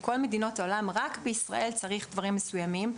מכל מדינות העולם, רק בישראל צריך דברים מסוימים.